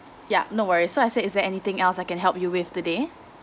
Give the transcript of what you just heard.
yup no worries so I said is there anything else I can help you with today